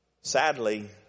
Sadly